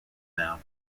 now